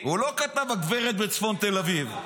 הוא לא כתב: הגברת בצפון תל אביב.